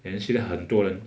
then 现在很多人